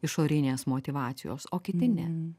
išorinės motyvacijos o kiti ne